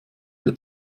wir